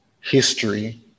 history